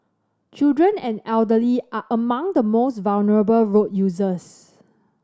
children and the elderly are among the most vulnerable road users